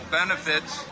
benefits